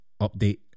Update